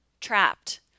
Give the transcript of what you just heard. Trapped